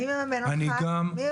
מי מממן אתכם?